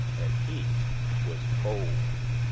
and he was old,